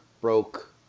broke